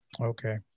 okay